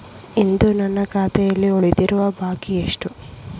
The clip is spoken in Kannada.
ಇಂದು ನನ್ನ ಖಾತೆಯಲ್ಲಿ ಉಳಿದಿರುವ ಬಾಕಿ ಎಷ್ಟು?